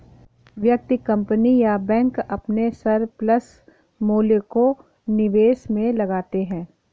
व्यक्ति, कंपनी या बैंक अपने सरप्लस मूल्य को निवेश में लगाते हैं